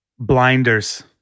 Blinders